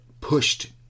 pushed